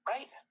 Right